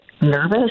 nervous